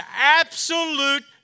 absolute